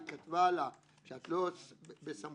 היא כתבה לה שאת לא בסמכות